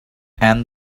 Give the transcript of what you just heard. and